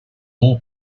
war